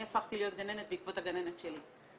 אני הפכתי להיות גננת בעקבות הגננת שלי.